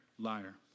liar